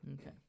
okay